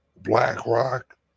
BlackRock